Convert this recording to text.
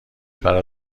برای